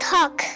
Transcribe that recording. Talk